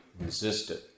resisted